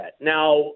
Now